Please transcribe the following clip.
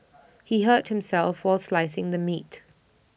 he hurt himself while slicing the meat